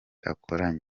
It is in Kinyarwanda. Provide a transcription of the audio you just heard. akoranye